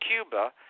Cuba